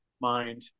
mind